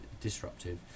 disruptive